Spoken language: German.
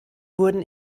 wurden